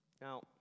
Now